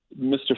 Mr